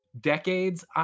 decades